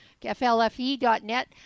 flfe.net